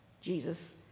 Jesus